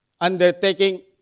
undertaking